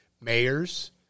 Mayors